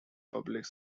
public